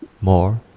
more